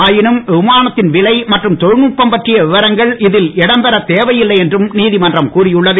ஆயினும் விமானத்தின் விலை மற்றும் தொழில்நுட்பம் பற்றிய விவரங்கள் இதில் இடம் பெறத் தேவையில்லை என்றும் நீதிமன்றம் கூறியுள்ளது